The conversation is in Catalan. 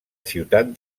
ciutat